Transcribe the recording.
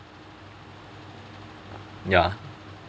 ya